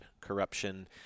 corruption